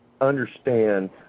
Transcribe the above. understand